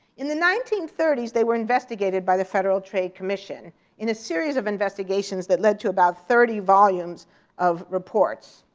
in the nineteen thirty s they were investigated by the federal trade commission in a series of investigations that led to about thirty volumes of reports.